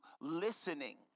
listening